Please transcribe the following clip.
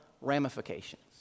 ramifications